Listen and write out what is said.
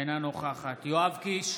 אינה נוכחת יואב קיש,